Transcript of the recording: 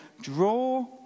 draw